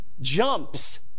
jumps